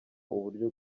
uburyo